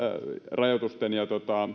rajoitusten ja